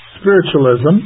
spiritualism